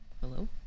Hello